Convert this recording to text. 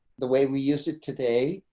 the way we use it today